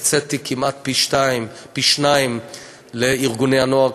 הקציתי כמעט פי-שניים לארגוני הנוער,